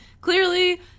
clearly